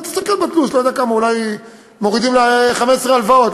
תסתכל בתלוש: אולי מורידים לה 15 הלוואות,